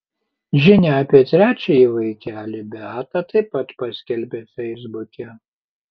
žinią apie trečiąjį vaikelį beata taip pat paskelbė feisbuke